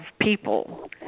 people